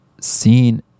seen